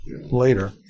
later